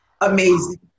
Amazing